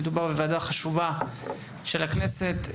מדובר בוועדה חשובה של הכנסת,